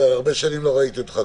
כבר הרבה שנים לא ראיתי אותך.